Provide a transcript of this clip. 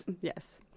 yes